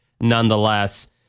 nonetheless